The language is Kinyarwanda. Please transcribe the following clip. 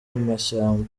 mashyamba